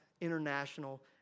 international